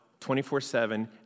24-7